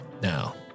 now